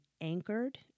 anchored